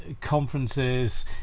conferences